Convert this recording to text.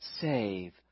save